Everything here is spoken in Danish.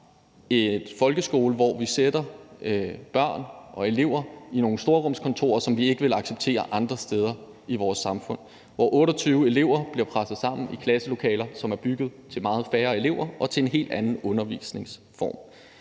en folkeskole, hvor vi sætter børn og elever i nogle storrumskontorer, som vi ikke vil acceptere andre steder i vores samfund. 28 elever bliver presset sammen i klasselokaler, som er bygget til meget færre elever og til en helt anden undervisningsform.